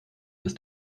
ist